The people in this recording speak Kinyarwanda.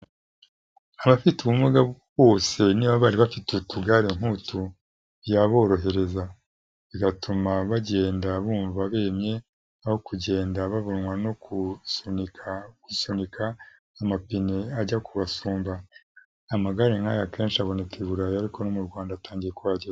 Abafite ubumuga bose niba bari bafite utugare nk'utu, yaborohereza. Bigatuma bagenda bumva bemye, aho kugenda bavunwa no gusunika gusunika, amapine ajya kubasumba. Amagare nk'aya akenshi aboneka i Burayi ariko no mu Rwanda atangiye kuhagera.